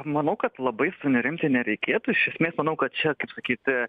manau kad labai sunerimti nereikėtų iš esmės manau kad čia kaip sakyti